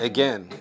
Again